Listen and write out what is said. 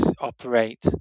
operate